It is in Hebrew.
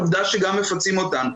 עובדה שגם מפצים אותנו.